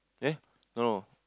eh no no